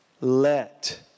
let